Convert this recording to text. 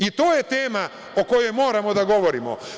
I, to je tema o kojoj moram da govorimo.